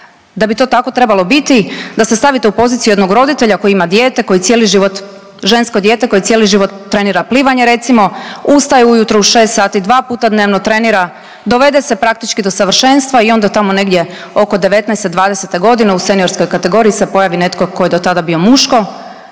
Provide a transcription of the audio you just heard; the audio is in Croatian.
da bi to tako trebalo biti da se stavite u poziciju jednog roditelja koji ima dijete, koji cijeli život, žensko dijete koje cijeli život trenira plivanje recimo ustaje u jutro u 6 sati, dva puta dnevno trenira, dovede se praktički do savršenstva i onda tamo negdje oko 19, 20 godine u seniorskoj kategoriji se pojavi netko tko je do tada bio muško